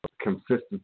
consistency